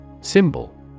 Symbol